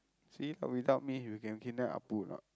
see if without me you can kidnap Appu or not